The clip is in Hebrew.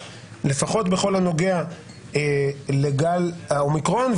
לפחות בכל הנוגע לגל האומיקרון,